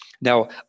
Now